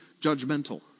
judgmental